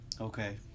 okay